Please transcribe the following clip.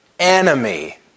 enemy